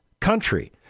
country